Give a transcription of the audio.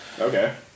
Okay